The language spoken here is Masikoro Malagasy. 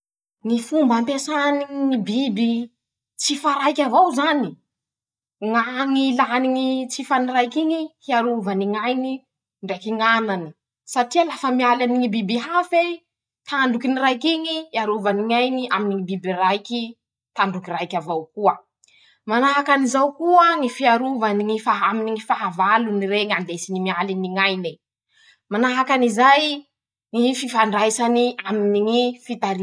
Ñy fomba ampiasany ñy biby tsifa raiky avao zany. ña ñy ilany ñy tsifany raiky iñy: -Hiarovany ñ'ainy ndraiky ñ'anany. satria lafa mialy aminy ñy biby hafa ey. tandrokiny raiky iñy iarovany ñainy aminy ñy biby raiky tandroky raiky avao koa ;manahaky anizao koa ñy fiarovany ñy aminy ñy fahavalony reñy andesiny mialiny ñ'aine ;manahaky anizay ñy fifandraisany aminy ñy fitariha.